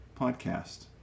podcast